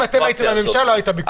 אם אתם הייתם בממשלה, לא הייתה ביקורת.